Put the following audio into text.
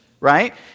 right